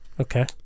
Okay